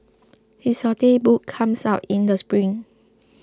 his saute book comes out in the spring